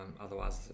otherwise